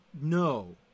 no